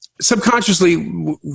subconsciously